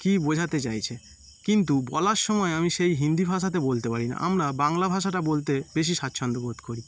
কী বোঝাতে চাইছে কিন্তু বলার সময় আমি সেই হিন্দি ভাষাতে বলতে পারি না আমরা বাংলা ভাষাটা বলতে বেশি স্বাচ্ছন্দ্য বোধ করি